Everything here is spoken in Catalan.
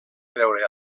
creure